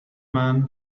man